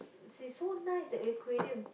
it's so nice and creative